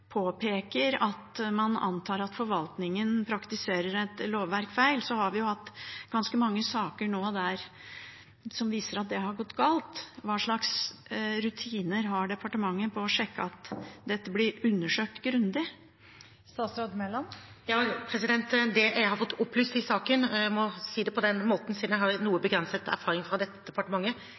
påpeker at man antar at forvaltningen praktiserer et lovverk feil, og vi nå har hatt ganske mange saker som viser at det har gått galt – hva slags rutiner har departementet på å sjekke at dette blir undersøkt grundig? Det jeg har fått opplyst i saken – jeg må si det på den måten, siden jeg har noe begrenset erfaring fra dette departementet